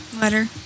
Letter